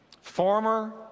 former